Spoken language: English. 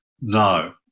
No